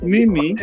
Mimi